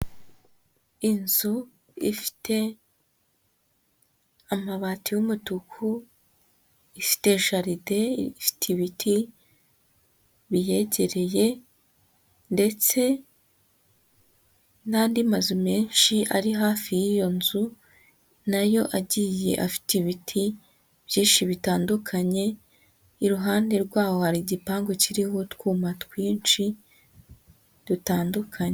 Inzu ifite amabati y'umutuku, ifite jaride, ifite ibiti biyegereye ndetse n'andi mazu menshi ari hafi y'iyo nzu nayo agiye afite ibiti byinshi bitandukanye, iruhande rwaho hari igipangu kiriho utwuma twinshi dutandukanye.